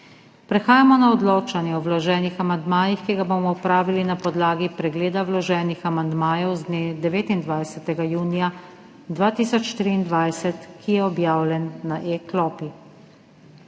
Prehajamo na odločanje o vloženih amandmajih, ki ga bomo opravili na podlagi pregleda vloženih amandmajev z dne 29. junija 2023, ki je objavljen na e-klopi.